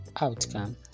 outcome